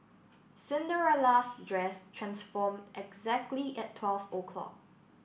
Cinderella's dress transformed exactly at twelve o'clock